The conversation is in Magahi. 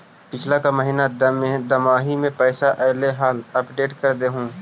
पिछला का महिना दमाहि में पैसा ऐले हाल अपडेट कर देहुन?